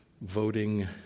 voting